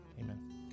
amen